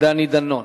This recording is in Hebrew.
דני דנון,